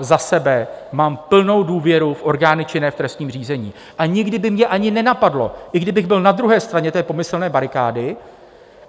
Za sebe mám plnou důvěru v orgány činné v trestním řízení a nikdy by mě ani nenapadlo, i kdybych byl na druhé straně té pomyslné barikády,